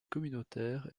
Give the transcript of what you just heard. communautaire